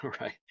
Right